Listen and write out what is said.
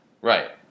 Right